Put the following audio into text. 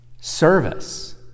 service